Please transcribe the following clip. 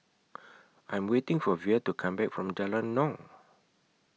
I'm waiting For Vere to Come Back from Jalan Naung